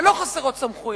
ולא חסרות סמכויות.